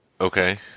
Okay